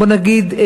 בוא נגיד,